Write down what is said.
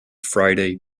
friday